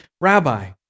Rabbi